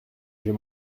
j’ai